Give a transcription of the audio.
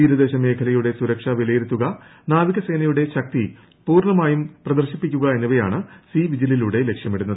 തീരദേശ മേഖലയുടെ സുരക്ഷ വിലയിരുത്തുക ് നാവിക സേനയുടെ ശക്തി പൂർണ്ണമായും പ്രദർശിപ്പിക്കുക എന്നിവയാണ് സീ വിജിലിലൂടെ ലക്ഷ്യമിടുന്നത്